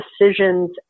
decisions